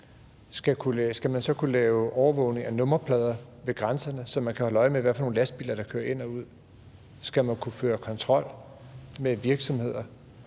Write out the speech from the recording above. dumping kunne lave overvågning af nummerplader ved grænserne, så man kan holde øje med, hvad for nogle lastbiler der kører ind og ud? Skal man kunne føre kontrol med virksomheder,